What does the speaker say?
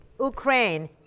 Ukraine